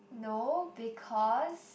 no because